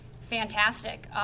fantastic